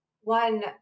one